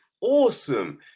awesome